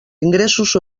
ingressos